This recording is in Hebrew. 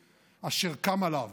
ובתוך כך מעשי טרור,